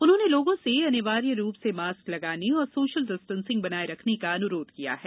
उन्होंने लोगों से अनिवार्य रूप से मास्क लगाने और सोशल डिस्टेंसिंग बनाए रखने का अनुरोध किया है